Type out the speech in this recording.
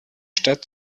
stadt